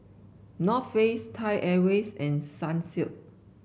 North Face Thai Airways and Sunsilk